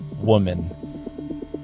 woman